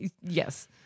yes